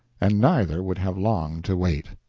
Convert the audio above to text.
and neither would have long to wait.